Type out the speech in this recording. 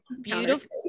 beautiful